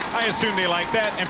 i assume they like that.